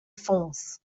fonds